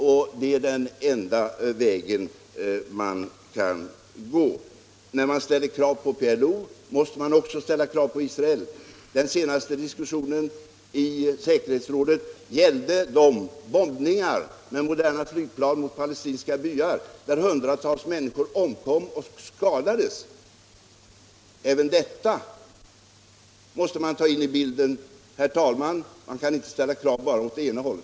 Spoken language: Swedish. Det är den enda väg man kan gå. När man ställer krav på PLO måste man också ställa krav på Israel. Den senaste diskussionen i säkerhetsrådet gällde de bombningar med moderna flygplan mot palestinska byar, vid vilka hundratals människor skadades eller omkom. Även detta måste man ta in i bilden. Man kan inte ställa krav bara åt ena hållet.